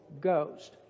ghost